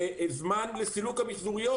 צריך זמן לסילוק המיחזוריות.